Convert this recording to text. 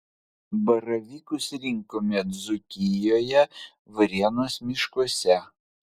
baravykus rinkome dzūkijoje varėnos miškuose